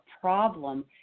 problem